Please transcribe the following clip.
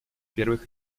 первых